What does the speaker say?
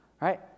Right